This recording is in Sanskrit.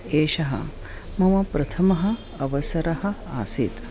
एषः मम प्रथमः अवसरः आसीत्